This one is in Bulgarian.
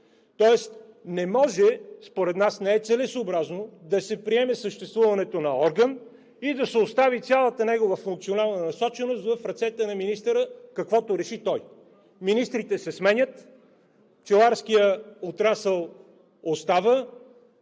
нови пчели. Според нас не е целесъобразно да се приеме съществуването на орган и цялата негова функционална насоченост да остане в ръцете на министъра – каквото реши той. Министрите се сменят, пчеларският отрасъл остава,